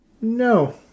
No